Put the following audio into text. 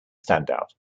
standout